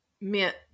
meant